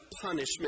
punishment